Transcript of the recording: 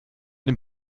den